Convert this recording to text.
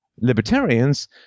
libertarians